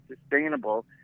sustainable